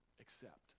Accept